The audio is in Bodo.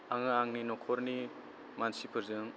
आङो आंनि न'खरनि मानसिफोरजों